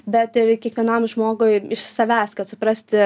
bet ir kiekvienam žmogui iš savęs kad suprasti